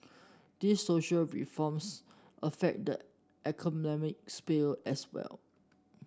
these social reforms affect the economic sphere as well